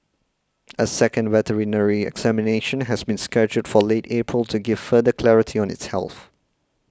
a second veterinary examination has been scheduled for late April to give further clarity on its health